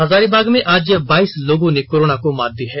हजारीबाग में आज बाइस लोगों ने कोरोना को मात दी है